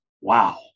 Wow